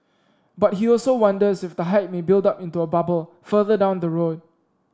but he also wonders if the hype may build up into a bubble further down the road